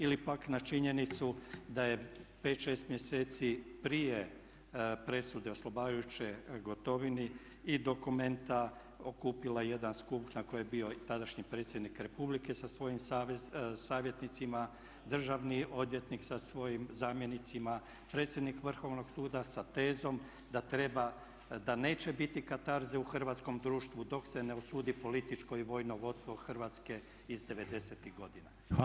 Ili pak na činjenicu da je 5, 6 mjeseci prije presude oslobađajuće Gotovini i dokumenta okupila jedan skup na kojem je bio tadašnji predsjednik Republike sa svojim savjetnicima, državni odvjetnik sa svojim zamjenicima, predsjednik Vrhovnog suda sa tezom da neće biti katarze u hrvatskom društvu dok se ne osudi političko i vojno vodstvo Hrvatske iz '90.-tih godina.